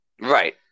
Right